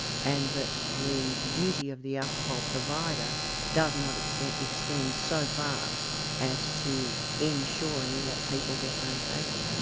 and that the duty of the alcohol provider does not extend extend so far as to ensuring that people get home safely.